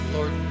Lord